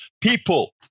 people